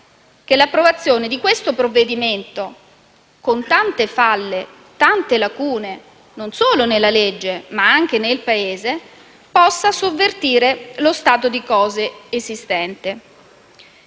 che l'approvazione di questo provvedimento, con tante falle e lacune, non solo nel provvedimento, ma nel Paese, possa sovvertire lo stato di cose esistenti.